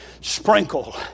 sprinkle